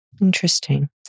Interesting